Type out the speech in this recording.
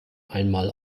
einmal